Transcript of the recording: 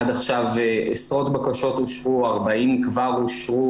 עד עכשיו עשרות בקשות אושרו - 40 כבר אושרו,